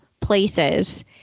places